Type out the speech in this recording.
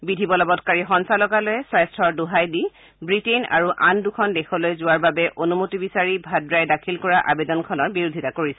বিধি বলবৎকাৰী সঞালকালয়ে স্বাস্থাৰ দোহাই দি ৱিটেইন আৰু আন দুখন দেশলৈ যোৱাৰ বাবে অনুমতি বিচাৰি ভাদ্ৰাই দাখিল কৰা আবেদনখনৰ বিৰোধিতা কৰিছে